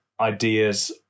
Ideas